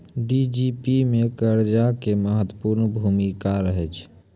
GDP मे कर्जा के महत्वपूर्ण भूमिका रहै छै